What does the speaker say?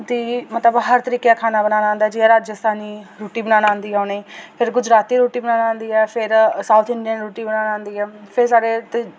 ते मतलब हर तरीके दा खाना बनाना आंदा जि'यां राजस्थानी रुट्टी बनाना आंदी ऐ उ'नें ई फिर गुजराती रुट्टी बनाना आंदी ऐ फिर साउथ इंडियन रुट्टी बनाना आंदी ऐ फिर साढ़े